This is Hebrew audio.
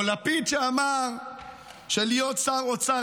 או ללפיד שאמר שלהיות שר אוצר,